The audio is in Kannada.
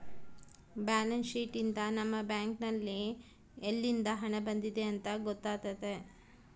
ಬ್ಯಾಲೆನ್ಸ್ ಶೀಟ್ ಯಿಂದ ನಮ್ಮ ಬ್ಯಾಂಕ್ ನಲ್ಲಿ ಯಲ್ಲಿಂದ ಹಣ ಬಂದಿದೆ ಅಂತ ಗೊತ್ತಾತತೆ